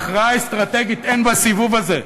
הכרעה אסטרטגית אין בסיבוב הזה.